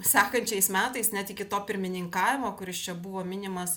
sekančiais metais net iki to pirmininkavimo kuris čia buvo minimas